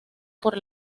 por